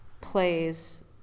plays